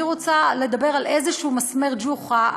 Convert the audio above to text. אני רוצה לדבר על איזשהו מסמר ג'וחא,